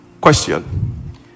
question